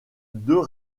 deux